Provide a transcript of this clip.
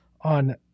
on